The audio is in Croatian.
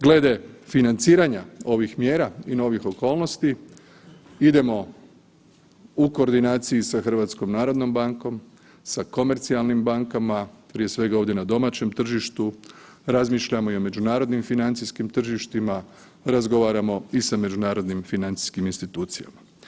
Glede financiranja ovih mjera i novih okolnosti idemo u koordinaciji sa HNB-om, sa komercijalnim bankama, prije svega ovdje na domaćem tržištu, razmišljamo i o međunarodnim financijskim tržištima, razgovaramo i sa međunarodnim financijskim institucijama.